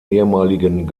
ehemaligen